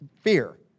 fear